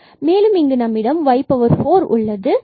மேலும் இங்கு நம்மிடம் y4 உள்ளது